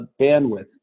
bandwidth